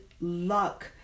luck